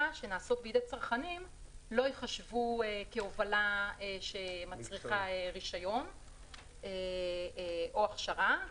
שנעשות בידי צרכנים לא ייחשבו הובלה שמצריכה רישיון או הכשרה.